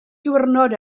diwrnod